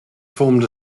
formed